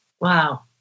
Wow